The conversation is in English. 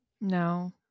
No